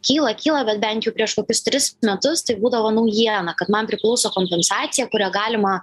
kyla kyla bet bent jau prieš kokius tris metus tai būdavo naujiena kad man priklauso kompensacija kurią galima